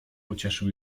pocieszył